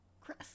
Chris